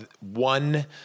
one